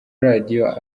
radio